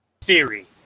theory